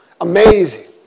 Amazing